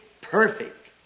perfect